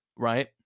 Right